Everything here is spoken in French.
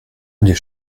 les